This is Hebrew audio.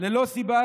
ללא סיבה,